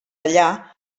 allà